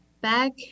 back